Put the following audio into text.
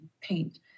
paint